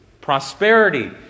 prosperity